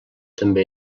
també